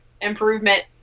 improvement